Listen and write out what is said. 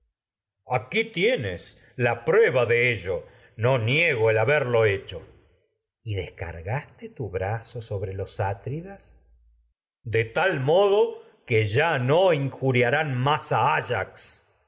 aquí tienes la prueba de haberlo hecho minerva y descargaste tu brazo sobre los atridas más a áyax de tal modo que ya no injuriarán áyax áyax